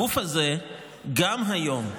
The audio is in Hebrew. הגוף הזה גם היום,